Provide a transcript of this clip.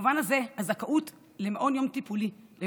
במובן הזה הזכאות למעון יום שיקומי